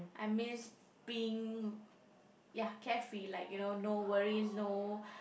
I miss being ya carefree like you know no worries no